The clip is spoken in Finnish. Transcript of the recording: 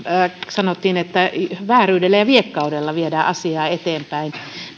sanottiin että vääryydellä ja viekkaudella viedään asiaa eteenpäin